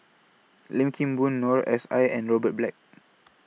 Lim Kim Boon Noor S I and Robert Black